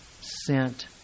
sent